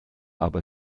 aber